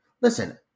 listen